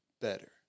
better